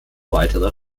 weiterer